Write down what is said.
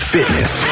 Fitness